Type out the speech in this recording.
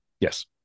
yes